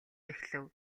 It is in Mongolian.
эхлэв